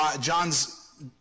John's